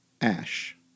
Ash